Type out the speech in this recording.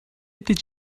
did